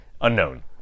Unknown